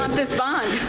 but this bond.